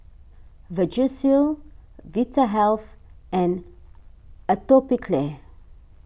Vagisil Vitahealth and Atopiclair